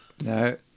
No